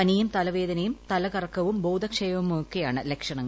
പനിയും തലവേദനയും തലകറക്കവും ബോധക്ഷയവുമൊക്കെയാണ് ലക്ഷണങ്ങൾ